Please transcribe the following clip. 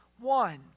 one